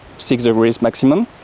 six degrees maximum,